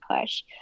push